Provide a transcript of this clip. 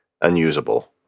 Unusable